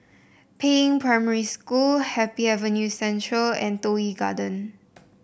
Peiying Primary School Happy Avenue Central and Toh Yi Garden